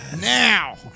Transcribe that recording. Now